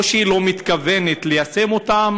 או שהיא לא מתכוונת ליישם אותן